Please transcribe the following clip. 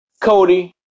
Cody